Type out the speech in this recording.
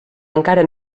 encara